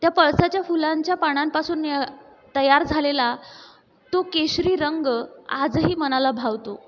त्या पळसाच्या फुलांच्या पानांपासून तयार झालेला तो केशरी रंग आजही मनाला भावतो